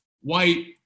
white